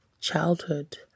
childhood